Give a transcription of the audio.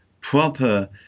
proper